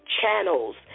channels